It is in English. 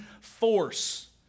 force